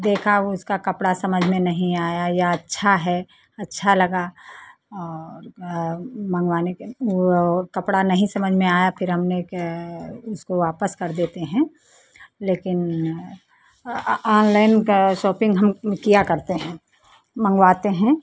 देखा उसका कपड़ा समझ में नहीं आया या अच्छा है अच्छा लगा और मंगवाने के और कपड़ा नहीं समझ में आया फिर हमने के उसको वापस कर देते हैं लेकिन ऑनलाइन का शॉपिंग हम किया करते हैं मंगवाते हैं